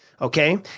Okay